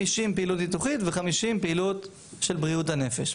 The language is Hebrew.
50 פעילות ניתוחית ו-50 פעילות של בריאות הנפש.